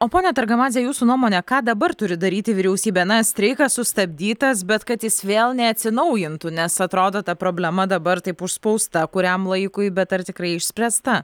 o ponia targamadze jūsų nuomone ką dabar turi daryti vyriausybė na streikas sustabdytas bet kad jis vėl neatsinaujintų nes atrodo ta problema dabar taip užspausta kuriam laikui bet ar tikrai išspręsta